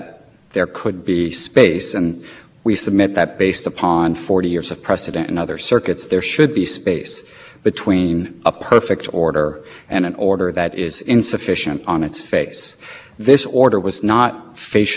contained all of the statutory requirement it made clear that the judge had considered the application and the material submitted by the government and how to prove that application based upon the fact that the surveillance had been authorized by deputy